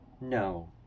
no